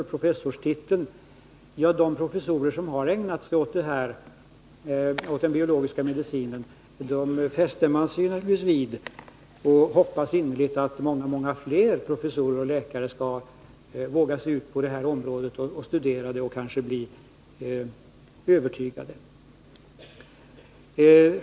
Ja, man fäster sig naturligtvis vid de professorer som har ägnat sig åt den biologiska medicinen och hoppas innerligt att många, många fler professorer och läkare skall våga sig på att studera det området och kanske bli övertygade.